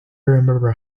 remember